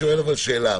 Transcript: שאלה.